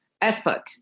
effort